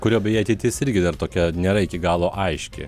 kurio beje ateitis irgi dar tokia nėra iki galo aiški